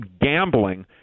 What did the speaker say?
gambling